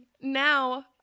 now